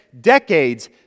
decades